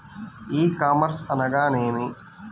ఈ కామర్స్ అనగా నేమి?